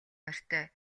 морьтой